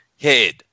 head